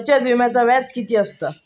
बचत विम्याचा व्याज किती असता?